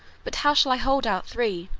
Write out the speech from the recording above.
but how shall i hold out three?